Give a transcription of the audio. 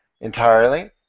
entirely